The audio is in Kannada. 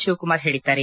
ಶಿವಕುಮಾರ್ ಹೇಳಿದ್ದಾರೆ